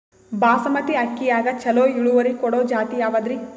ಬಾಸಮತಿ ಅಕ್ಕಿಯಾಗ ಚಲೋ ಇಳುವರಿ ಕೊಡೊ ಜಾತಿ ಯಾವಾದ್ರಿ?